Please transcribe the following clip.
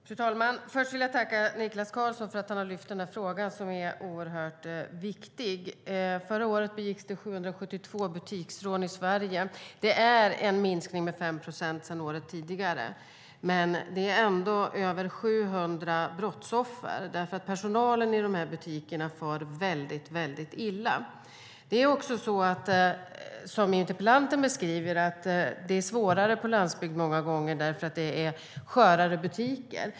Fru talman! Först vill jag tacka Niklas Karlsson för att han har lyft den här frågan, som är oerhört viktig. Förra året begicks det 772 butiksrån i Sverige. Det är en minskning med 5 procent sedan året tidigare, men det är ändå över 700 brottsoffer. Personalen i de här butikerna far väldigt illa. Som interpellanten beskriver är det många gånger svårare på landsbygd, för det är skörare butiker.